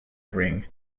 ring